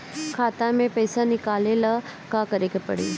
खाता से पैसा निकाले ला का करे के पड़ी?